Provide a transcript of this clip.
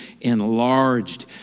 enlarged